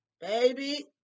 baby